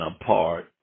apart